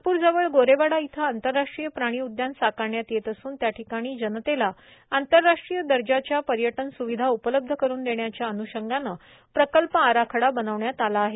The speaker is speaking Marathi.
नागपूर जवळ गोरेवाडा इथं आंतरराष्ट्रीय प्राणी उद्यान साकारण्यात येत असून त्या ठिकाणी जनतेला आंतरराष्ट्रीय दर्जाच्या पर्यटन सुविधा उपलब्ध करुन देण्याच्या अन्षंगाने प्रकल्प आराखडा बनविण्यात आला आहे